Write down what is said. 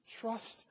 trust